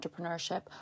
entrepreneurship